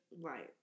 Right